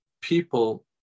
people